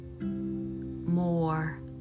more